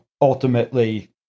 ultimately